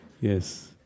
Yes